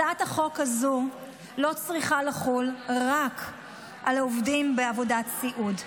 הצעת החוק הזו לא צריכה לחול רק על העובדים בעבודת סיעוד.